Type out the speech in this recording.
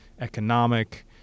economic